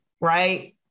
Right